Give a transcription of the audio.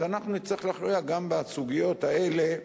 אנחנו נצטרך להכריע גם בסוגיות האלה.